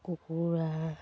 কুকুৰা